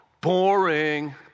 boring